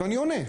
ואני עונה.